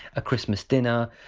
ah christmas dinner.